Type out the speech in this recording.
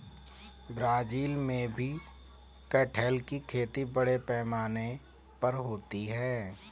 Brazil में भी कटहल की खेती बड़े पैमाने पर होती है